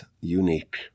unique